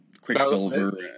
Quicksilver